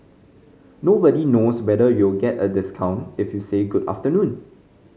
nobody knows whether you'll get a discount if you say Good afternoon